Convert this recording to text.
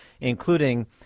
including